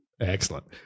Excellent